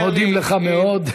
אנחנו מודים לך מאוד.